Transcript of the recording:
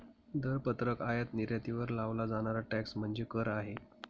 दरपत्रक आयात निर्यातीवर लावला जाणारा टॅक्स म्हणजे कर आहे